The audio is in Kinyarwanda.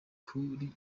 kuri